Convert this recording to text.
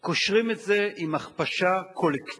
קושרים את זה עם הכפשה קולקטיבית